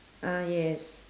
ah yes